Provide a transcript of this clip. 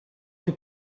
più